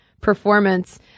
performance